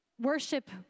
Worship